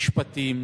משפטים,